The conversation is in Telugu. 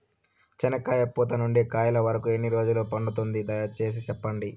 చెనక్కాయ పూత నుండి కాయల వరకు ఎన్ని రోజులు పడుతుంది? దయ సేసి చెప్పండి?